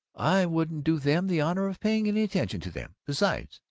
i wouldn't do them the honor of paying any attention to them! besides,